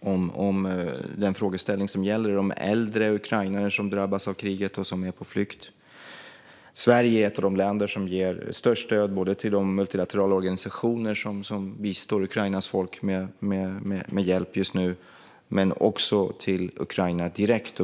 om den frågeställning som gäller de äldre ukrainare som drabbas av kriget och som är på flykt. Sverige är ett av de länder som ger störst stöd både till de multilaterala organisationer som bistår Ukrainas folk med hjälp just nu och till Ukraina direkt.